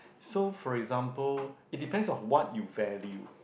so for example it depends on what you value